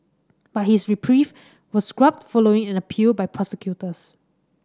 but his reprieve was scrubbed following an appeal by prosecutors